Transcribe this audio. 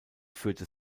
führte